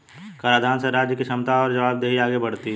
कराधान से राज्य की क्षमता और जवाबदेही आगे बढ़ती है